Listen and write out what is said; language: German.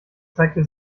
zeigte